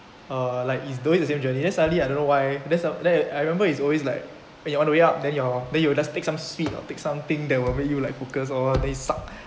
uh like is doing the same journey then suddenly I don't know why that's up there I remember is always like uh on your way up then your then you will just take some sweet or take something that will make you like focus oh then you suck